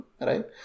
right